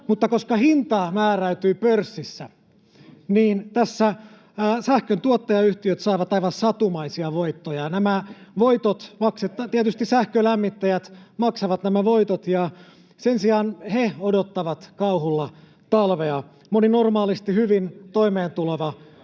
mutta koska hinta määräytyy pörssissä, niin tässä sähköntuottajayhtiöt saavat aivan satumaisia voittoja. Tietysti sähkölämmittäjät maksavat nämä voitot, [Perussuomalaisten ryhmästä: Persujen